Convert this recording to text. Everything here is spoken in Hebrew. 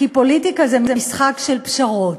כי פוליטיקה זה משחק של פשרות.